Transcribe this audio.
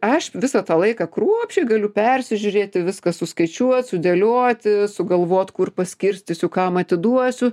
aš visą tą laiką kruopščiai galiu persižiūrėti viską suskaičiuot sudėlioti sugalvot kur paskirstysiu kam atiduosiu